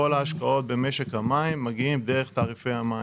כל ההשקעות במשק המים מגיעים דרך תעריפי המים.